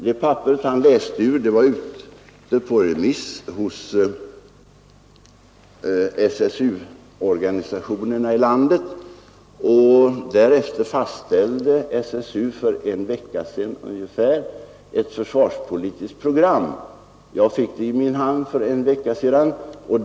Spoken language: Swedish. Det papper han läste ur har varit ute på remiss till SSU-organisationerna i landet, och därefter fastställde SSU — för ungefär en vecka sedan — ett försvarspolitiskt program, som jag fick i min hand också för en vecka sedan.